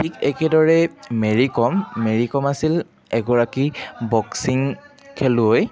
ঠিক একেদৰেই মেৰি কম মেৰি কম আছিল এগৰাকী বক্সিং খেলুৱৈ